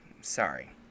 sorry